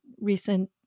recent